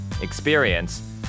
experience